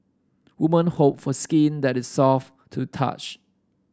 woman hope for skin that is soft to touch